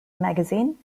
magazine